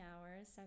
hours